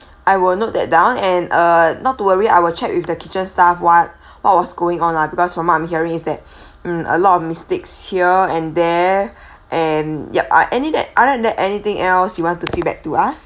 I will note that down and uh not to worry I will check with the teacher staff what what was going on ah because from what I'm hearing is that mm a lot of mistakes here and there and yup I any that other than that anything else you want to feedback to us